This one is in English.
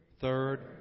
Third